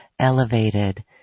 elevated